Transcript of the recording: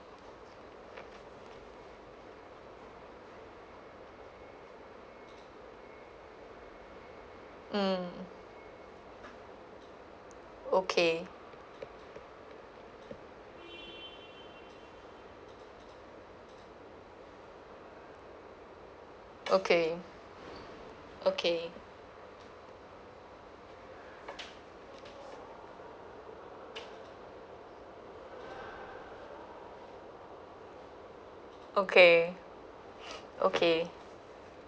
mm okay okay okay okay okay